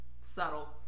Subtle